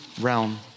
realm